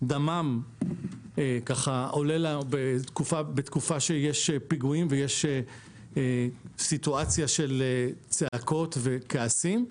שדמם עולה בתקופה שיש פיגועים ויש סיטואציה של צעקות וכעסים.